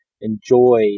enjoy